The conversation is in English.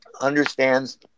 understands